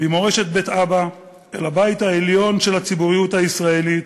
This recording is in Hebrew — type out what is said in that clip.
ממורשת בית אבא אל הבית העליון של הציבוריות הישראלית,